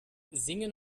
singen